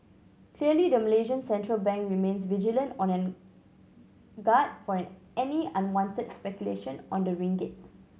clearly the Malaysian central bank remains vigilant and on guard for an any unwanted speculation on the ringgit